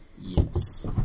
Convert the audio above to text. Yes